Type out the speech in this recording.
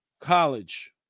college